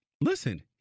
Listen